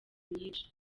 myinshi